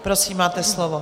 Prosím, máte slovo.